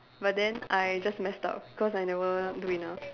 but then I just mess up cause I never do enough